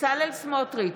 בצלאל סמוטריץ'